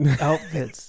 Outfits